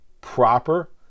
proper